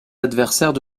adversaires